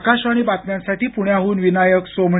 आकाशवाणी बातम्यांसाठी प्ण्याहून विनायक सोमणी